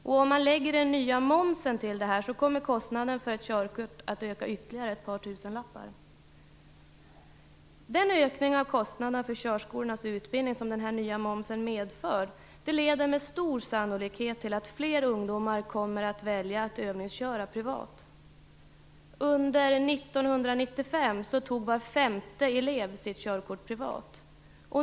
Om man lägger den nya momsen till detta kommer kostnaden för ett körkort att öka med ytterligare ett par tusenlappar. Den ökning av kostnaderna för körskolornas utbildning som den nya momsen medför leder med stor sannolikhet till att fler ungdomar kommer att välja att övningsköra privat. Under 1995 tog var femte elev sitt körkort privat.